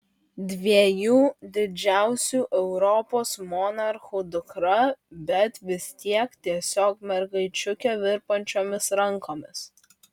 dviejų didžiausių europos monarchų dukra bet vis tiek tiesiog mergaičiukė virpančiomis rankomis